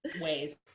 ways